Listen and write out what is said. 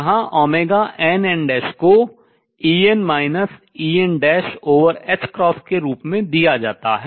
जहां nn को En En ℏ के रूप में दिया जाता है